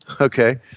Okay